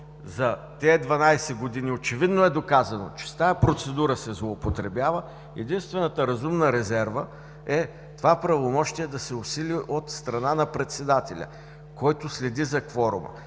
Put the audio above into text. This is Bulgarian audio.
дванадесет години очевидно е доказано, че с тази процедура се злоупотребява, единствената разумна резерва е това правомощие да се усили от страна на Председателя, който следи за кворума